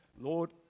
Lord